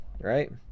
Right